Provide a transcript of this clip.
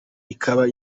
ikaba